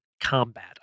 combat